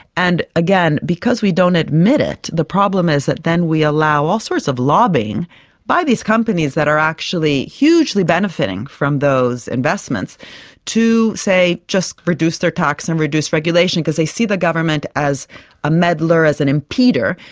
and again, because we don't admit it, the problem is that then we allow all sorts of lobbying by these companies that are actually hugely benefiting from those investments to, say, just reduce their tax and reduce regulation because they see the government as a meddler, as an impeder,